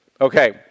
Okay